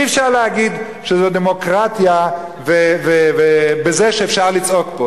אי-אפשר להגיד שזאת דמוקרטיה בזה שאפשר לצעוק פה.